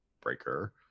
breaker